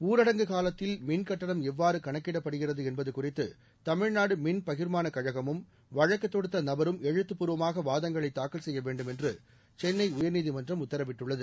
ஊரடங்கு காலத்தில் மின்கட்டணம் எவ்வாறு கணக்கிடப்படுகிறது என்பது குறித்து தமிழ்நாடு மின் பகிர்மானக் கழகமும் வழக்குத் தொடுத்த நபரும் எழுத்துபூர்வமாக வாதங்களை தாக்கல் செய்ய வேண்டும் என்று சென்னை உயர்நீதிமன்றம் உத்தரவிட்டுள்ளது